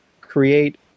create